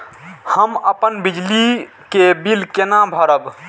हम अपन बिजली के बिल केना भरब?